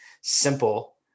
Simple